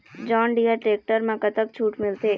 John Deere tractor म कतक छूट मिलथे?